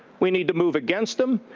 we need to move against them.